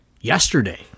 yesterday